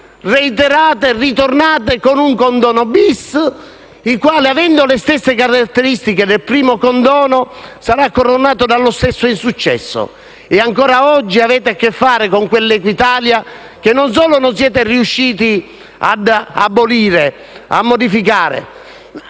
E oggi ritornate con un condono *bis*, il quale, avendo le stesse caratteristiche del primo condono, sarà coronato dallo stesso insuccesso. Ancora oggi avete a che fare con quell'Equitalia che non solo non siete riusciti ad abolire e a modificare,